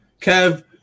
Kev